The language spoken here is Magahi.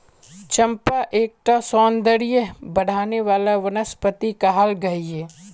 चंपा एक टा सौंदर्य बढाने वाला वनस्पति कहाल गहिये